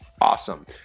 Awesome